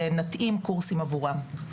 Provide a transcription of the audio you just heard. ונתאים קורסים עבורם.